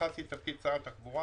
לתפקיד שר התחבורה